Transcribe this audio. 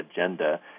agenda